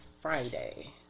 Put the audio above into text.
Friday